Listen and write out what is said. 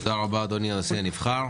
תודה רבה, אדוני הנשיא הנבחר.